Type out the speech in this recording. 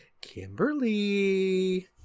Kimberly